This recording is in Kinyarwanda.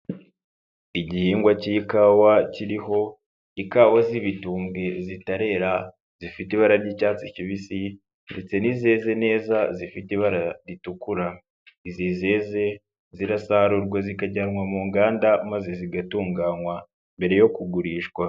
Igihingwa cy'ikawa kiriho ikawa z'ibitumbwe zitarera, zifite ibara ry'icyatsi kibisi ndetse n'izeze neza zifite ibara ritukura, izi zeze zirasarurwa zikajyanwa mu nganda maze zigatunganywa mbere yo kugurishwa.